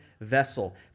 vessel